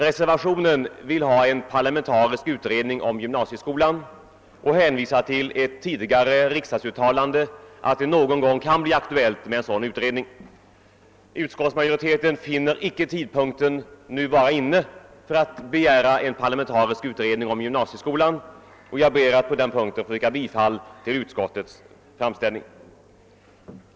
Reservanterna vill ha en parlamentarisk utredning om gymnmasieskolan och hänvisar till ett tidigare riksdagsuttalande att det någon gång kan bli aktuellt med en sådan utredning. Utskottsmajoriteten finner inte tidpunkten nu vara inne för att begära en parlamentarisk utredning om gymnasieskolan, och jag ber att på den punkten få yrka bifall till utskottets förslag.